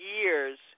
years